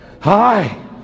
hi